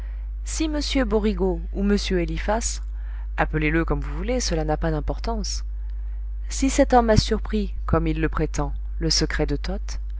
si m borigo ou m eliphas appelez le comme vous voulez cela n'a pas dimportance si cet homme a surpris comme il le prétend le secret de toth